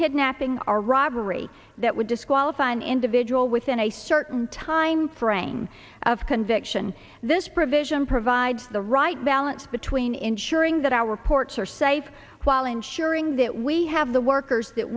kidnapping or robbery that would disqualify an individual within a certain time frame of conviction this provision provides the right balance between ensuring that our ports are safe while ensuring that we have the workers that